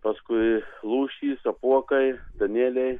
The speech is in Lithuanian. paskui lūšys apuokai danieliai